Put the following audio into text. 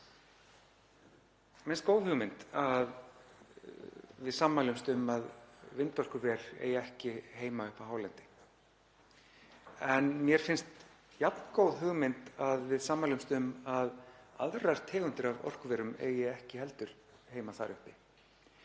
Mér finnst góð hugmynd að við sammælumst um að vindorkuver eigi ekki heima uppi á hálendi. En mér finnst jafn góð hugmynd að við sammælumst um að aðrar tegundir af orkuverum eigi ekki heldur heima þar uppi.